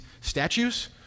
statues